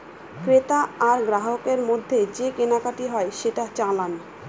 ক্রেতা আর গ্রাহকের মধ্যে যে কেনাকাটি হয় সেটা চালান